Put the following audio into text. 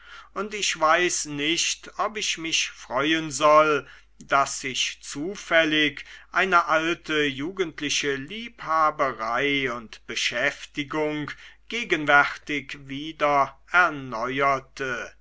und ich weiß nicht ob ich mich freuen soll daß sich zufällig eine alte jugendliche liebhaberei und beschäftigung gegenwärtig wieder erneuerte